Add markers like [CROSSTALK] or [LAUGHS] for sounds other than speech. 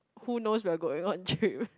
who knows we're going on trip [LAUGHS]